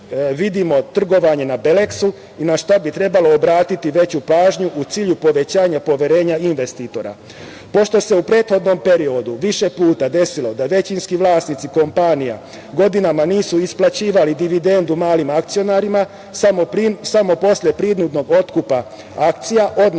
vidimo trgovanje na BELEKS-u i na šta bi trebalo obratiti veću pažnju u cilju povećanja poverenja investitora. Pošto se u prethodnom periodu više puta desilo da većinski vlasnici kompanija godinama nisu isplaćivali dividendu malim akcionarima, samo posle prinudnog otkupa akcija, odnosno